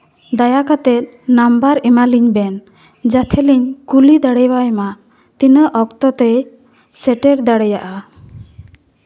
ᱫᱟᱭᱟ ᱠᱟᱛᱮᱫ ᱱᱟᱢᱵᱟᱨ ᱮᱢᱟ ᱞᱤᱧ ᱵᱮᱱ ᱡᱟᱛᱮ ᱞᱤᱧ ᱠᱩᱞᱤ ᱫᱟᱲᱮᱣᱟᱭᱼᱢᱟ ᱛᱤᱱᱟᱹᱜ ᱚᱠᱛᱚ ᱛᱮᱭ ᱥᱮᱴᱮᱨ ᱫᱟᱲᱮᱭᱟᱜᱼᱟ